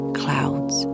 clouds